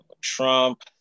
Trump